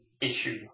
issue